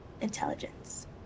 intelligence